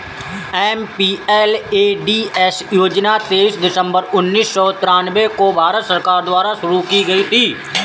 MPLADS योजना तेईस दिसंबर उन्नीस सौ तिरानवे को भारत सरकार द्वारा शुरू की गयी थी